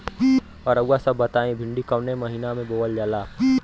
रउआ सभ बताई भिंडी कवने महीना में बोवल जाला?